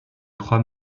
trois